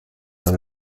dans